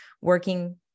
working